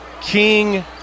King